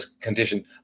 condition